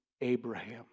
Abraham